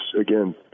again